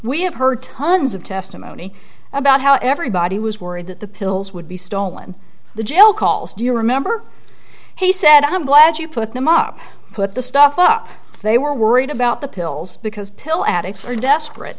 we have heard tons of testimony about how everybody was worried that the pills would be stolen the jail calls do you remember he said i'm glad you put them up put the stuff up they were worried about the pills because pill addicts are desperate